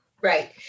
Right